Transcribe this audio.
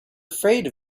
afraid